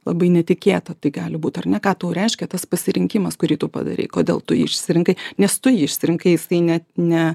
labai netikėta tai gali būt ar ne ką tau reiškia tas pasirinkimas kurį tu padarei kodėl tu išsirinkai nes tu jį išsirinkai jisai net ne